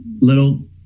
little